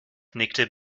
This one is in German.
nickte